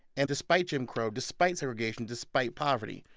and despite jim crow, despite segregation, despite poverty,